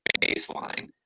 baseline